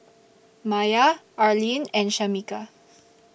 Mia Arlyne and Shamika